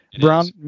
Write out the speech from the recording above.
Brown